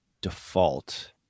default